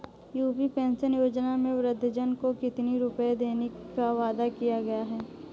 UP pension योजना में वृद्धजन को कितनी रूपये देने का वादा किया गया है?